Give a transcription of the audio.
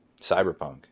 Cyberpunk